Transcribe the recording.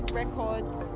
records